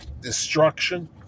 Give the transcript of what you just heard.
destruction